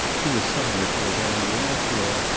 he was sorry for his anger, and after all,